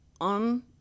on –